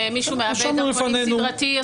שמישהו שמאבד דרכונים סדרתי,